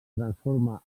transforma